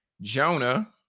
Jonah